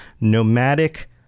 nomadic